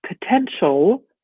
potential